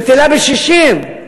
בטלה בשישים,